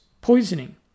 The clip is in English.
poisoning